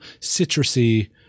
citrusy